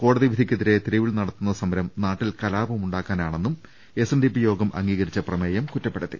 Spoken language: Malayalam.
കോടതിവിധിക്കെതിരെ തെരുവിൽ നടത്തുന്ന സമരം നാട്ടിൽ കലാപമുണ്ടാക്കാനാണെന്നും എസ്എൻഡിപി യോഗം അംഗീക രിച്ച പ്രമേയം കുറ്റപ്പെടുത്തി